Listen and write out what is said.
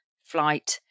flight